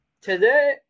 Today